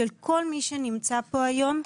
של כל מי שנמצא פה היום,